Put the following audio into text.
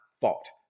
fault